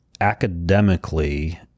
Academically